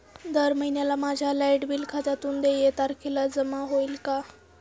दर महिन्याला माझ्या लाइट बिल खात्यातून देय तारखेला जमा होतील का?